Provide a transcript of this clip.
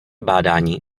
bádání